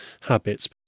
habits